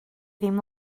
ddim